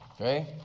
okay